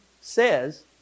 says